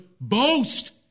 boast